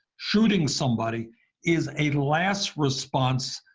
shooting somebody, is a last response,